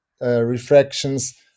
Refractions